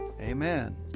Amen